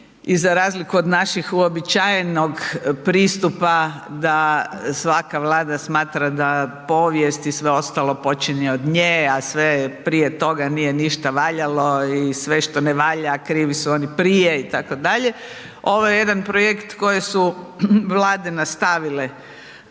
I za razliku od našeg uobičajenog pristupa da svaka Vlada smatra da povijest i sve ostalo počinje od nje a sve prije toga nije ništa valjalo i sve što ne valja krivi su oni prije itd.. Ovo je jedan projekt koji su Vlade nastavile